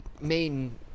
main